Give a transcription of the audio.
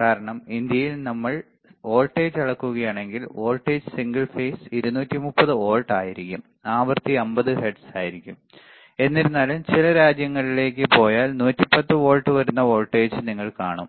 കാരണം ഇന്ത്യയിൽ നമ്മൾ വോൾട്ടേജ് അളക്കുകയാണെങ്കിൽ വോൾട്ടേജ് സിംഗിൾ ഫേസ് 230 വോൾട്ട് ആയിരിക്കും ആവൃത്തി 50 ഹെർട്സ് ആയിരിക്കും എന്നിരുന്നാലും നിങ്ങൾ ചില രാജ്യങ്ങളിലേക്ക് പോയാൽ 110 വോൾട്ട് വരുന്ന വോൾട്ടേജും നിങ്ങൾ കാണും